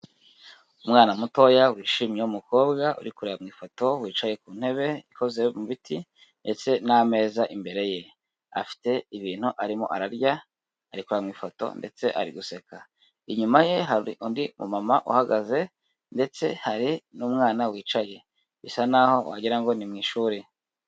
Umwana mutoya wishimye w'umukobwa uri kureba mu ifoto wicaye ku ntebe ikoze mu biti ndetse n'ameza imbere ye, afite ibintu arimo ararya ari kureba mu ifoto ndetse ari guseka, inyuma ye hari undi mumama uhagaze ndetse hari n'umwana wicaye bisa naho wagira ngo ni mu ishuri.